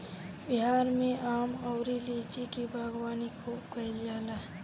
बिहार में आम अउरी लीची के बागवानी खूब कईल जाला